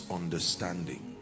understanding